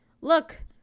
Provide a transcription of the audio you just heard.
look